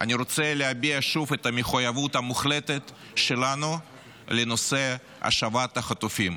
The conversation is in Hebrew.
רוצה להביע שוב את המחויבות המוחלטת שלנו לנושא השבת החטופים.